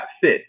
fit